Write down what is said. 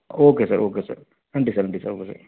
okay sir okay sir நன்றி sir நன்றி sir okay